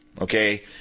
okay